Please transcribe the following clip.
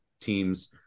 teams